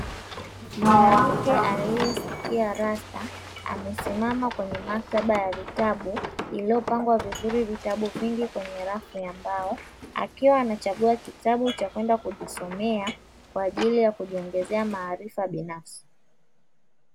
Mwanamke aliyesukia rasta amesimama kwenye maktaba ya vitabu iliyo pangwa vizuri vitabu vingi kwenye rafu ya mbao, akiwa anachagua kitabu cha kwenda kujisomea kwa ajili ya kujiongezea maarifa binafsi.